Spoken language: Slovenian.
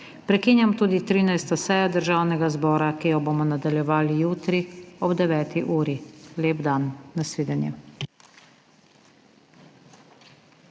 Prekinjam tudi 13. sejo Državnega zbora, ki jo bomo nadaljevali jutri ob 9. uri. Lep dan! Nasvidenje.